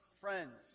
friends